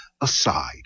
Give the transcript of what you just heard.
aside